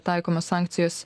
taikomos sankcijos